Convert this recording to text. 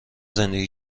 زندگی